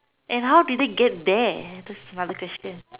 and how did it get there that's my other question